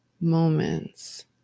moments